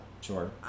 Sure